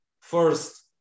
first